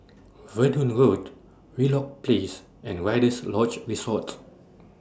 Verdun Road Wheelock Place and Rider's Lodge Resort